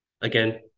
again